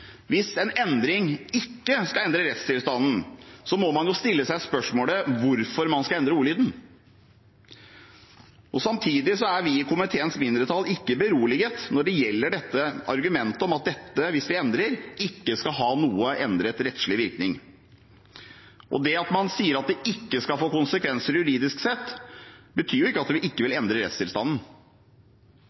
Hvis en endring ikke skal endre rettstilstanden, må man stille seg spørsmålet om hvorfor man skal endre ordlyden. Samtidig er vi i komiteens mindretall ikke beroliget når det gjelder argumentet om at dette, hvis vi endrer, ikke skal ha noen endret rettslig virkning. Det at man sier at det ikke skal få konsekvenser juridisk sett, betyr ikke at det ikke vil endre rettstilstanden.